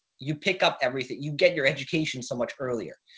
you pick up everything, you get your education so much earlier.